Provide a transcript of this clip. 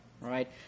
Right